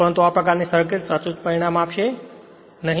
પરંતુ આ પ્રકારની સર્કિટ તે સચોટ પરિણામ આપશે નહીં